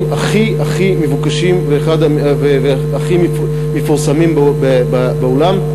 הכי הכי מבוקשים והכי מפורסמים בעולם.